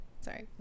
sorry